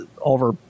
over